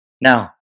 Now